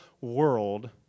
world